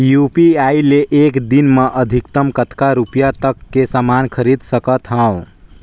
UPI ले एक दिन म अधिकतम कतका रुपिया तक ले समान खरीद सकत हवं?